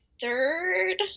third